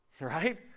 Right